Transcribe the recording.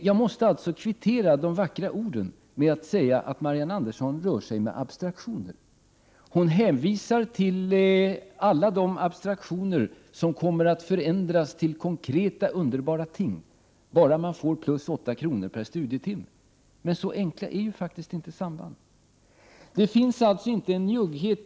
Jag måste alltså kvittera ”de vackra orden” med att säga att Marianne Andersson rör sig med abstraktioner. Hon hänvisar till alla de abstraktioner som kommer att förändras till konkreta, underbara ting, bara man får plus 8 kr. per studietimme. Men så enkla är faktiskt inte sambanden! Det är alltså inte fråga om njugghet.